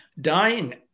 Dying